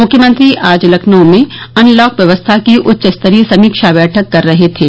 मुख्यमंत्री आज लखनऊ में अनलॉक व्यवस्था की उच्चस्तरीय समीक्षा बैठक कर रहे थे